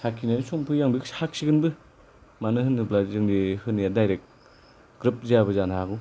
साखिनायनि सम फैयो आं बेखौ साखिगोनबो मानोहोनोब्ला जोंनि होनाया डायरेक्ट ग्रोब जायाबो जानो हागौ